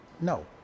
No